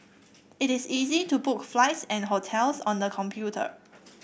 it is easy to book flights and hotels on the computer